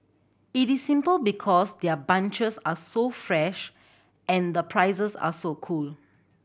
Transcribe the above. it is simple because their bunches are so fresh and the prices are so cool